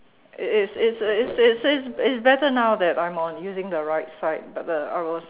it's it's it's it's it's it's it's it's better now that I am on using the right side but the I was